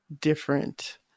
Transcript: different